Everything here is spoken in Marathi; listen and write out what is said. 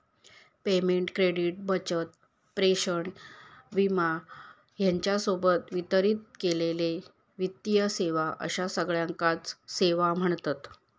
पेमेंट, क्रेडिट, बचत, प्रेषण, विमा ह्येच्या सोबत वितरित केलेले वित्तीय सेवा अश्या सगळ्याकांच सेवा म्ह्णतत